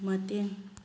ꯃꯇꯦꯡ